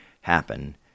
happen